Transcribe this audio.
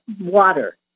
water